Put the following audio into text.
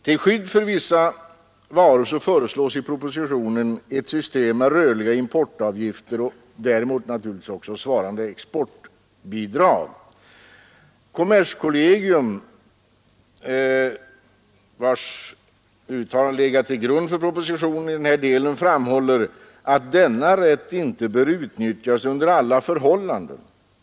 Till skydd för vissa varor föreslås i propositionen ett system med rörliga importavgifter och däremot svarande exportbidrag. Kommerskollegium, vars uttalande legat till grund för propositionen i den här delen, framhåller att denna rätt inte bör utnyttjas under alla förhållanden.